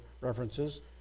references